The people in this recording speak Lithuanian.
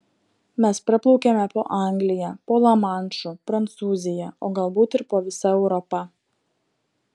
mes praplaukėme po anglija po lamanšu prancūzija o galbūt ir po visa europa